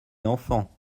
enfant